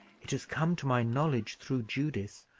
it has come to my knowledge, through judith,